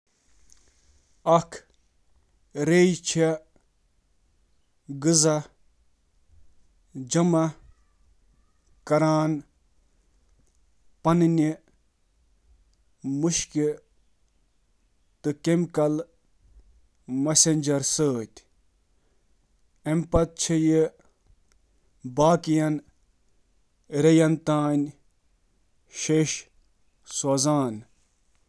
چیونٹہٕ چِھ پننہٕ سونگھنک احساسُک استعمال کٔرتھ کھین ژھانٛڈان، کیمیائی میسنجر یتھ فیرومون چِھ ونان، تہٕ اکھ عمل یتھ ٹینڈم رننگ: سونگ، فیرومون تہٕ باقی چِھ وننہٕ یوان۔